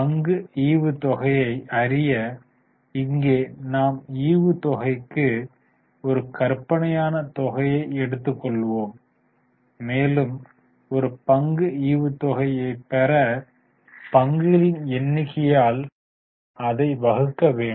பங்கு ஈவுத் தொகையை அறிய இங்கே நாம் ஈவுத்தொகைக்கு ஒரு கற்பனையான தொகையை எடுத்துள்ளோம் மேலும் ஒரு பங்கு ஈவுத் தொகை பெற பங்குகளின் எண்ணிக்கையால் அதைப் வகுக்க வேண்டும்